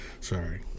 sorry